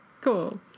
Cool